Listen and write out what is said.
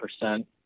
percent